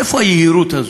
מאיפה היהירות הזאת?